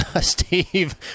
Steve